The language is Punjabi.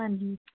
ਹਾਂਜੀ